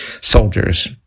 soldiers